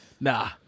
Nah